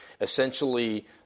Essentially